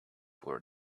were